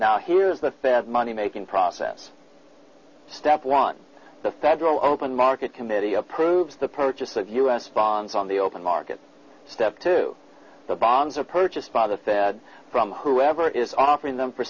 now here is the fed money making process step one the federal open market committee approves the purchase of u s bonds on the open market stuff to the bonds are purchased by the fed from whoever is offering them for